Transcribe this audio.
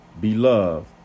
Beloved